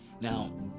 Now